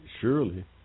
surely